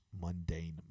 mundane